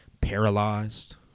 paralyzed